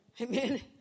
Amen